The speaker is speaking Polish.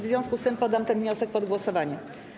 W związku z tym poddam ten wniosek pod głosowanie.